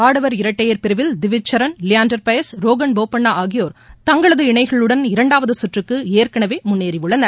ஆடவர் இரட்டையர் பிரிவில் டிவிச்சரன் லியாண்டர் பெயஸ் ரோகன் போட்பண்ணா ஆகியோர் தங்களது இணைகளுடன் இரண்டாவது சுற்றுக்கு ஏற்கனவே முன்னேறியுள்ளனர்